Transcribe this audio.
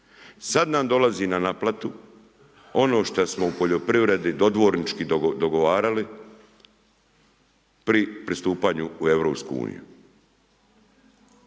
Sad nam dolazi na naplatu ono šta smo u poljoprivredi dodvornički dogovarali pri pristupanju u EU.